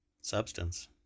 substance